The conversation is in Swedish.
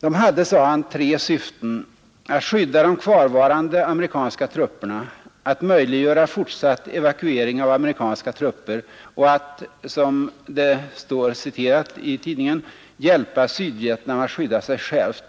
De hade, sade han, tre syften: att skydda de kvarvarande amerikanska trupperna, att möjliggöra fortsatt evakuering av amerikanska trupper och att — som det står citerat i tidningen — ”hjälpa Sydvietnam att skydda sig självt”.